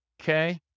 Okay